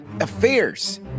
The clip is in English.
affairs